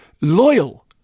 loyal